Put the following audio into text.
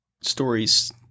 stories